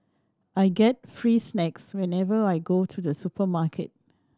I get free snacks whenever I go to the supermarket